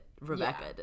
Rebecca